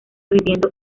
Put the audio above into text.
viviendo